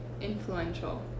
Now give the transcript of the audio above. influential